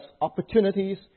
opportunities